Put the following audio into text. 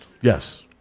yes